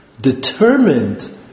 determined